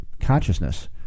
consciousness